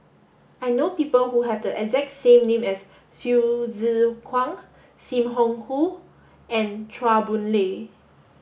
I know people who have the exact name as Hsu Tse Kwang Sim Wong Hoo and Chua Boon Lay